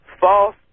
false